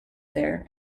there